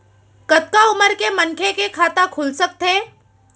कतका उमर के मनखे के खाता खुल सकथे?